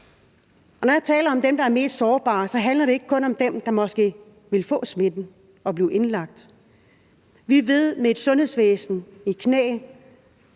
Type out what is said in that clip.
Når jeg taler om dem, der er mest sårbare, så handler det ikke kun om dem, der måske vil få smitten og blive indlagt. Vi ved, at med et sundhedsvæsen i knæ